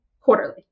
quarterly